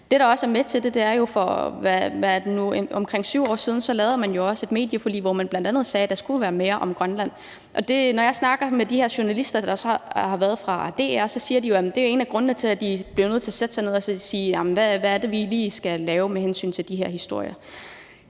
Det, der også er med til det, er jo, at man for omkring 7 år siden lavede et medieforlig, hvor man bl.a. sagde, at der skulle være mere om Grønland. Når jeg snakker med de her journalister fra DR, så siger de, at det er en af grundene til, at de er blevet nødt til at sætte sig ned og spørge: Hvad er det lige, vi skal lave med hensyn til de her historier?